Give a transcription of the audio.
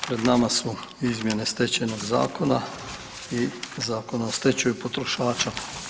Pred nama su izmjene Stečajnog zakona i Zakona o stečaju potrošača.